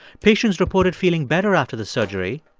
patients reported feeling better after the surgery,